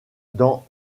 dans